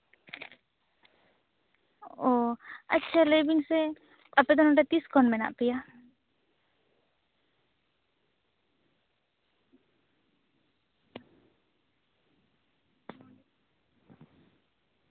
ᱚ ᱟᱪᱪᱷᱟ ᱞᱟᱹᱭ ᱵᱤᱱ ᱥᱮ ᱟᱯᱮ ᱫᱚ ᱱᱚᱸᱰᱮ ᱛᱤᱥ ᱠᱷᱚᱱ ᱢᱮᱱᱟᱜ ᱯᱮᱭᱟ